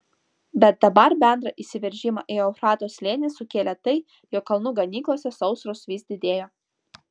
bet dabar bendrą įsiveržimą į eufrato slėnį sukėlė tai jog kalnų ganyklose sausros vis didėjo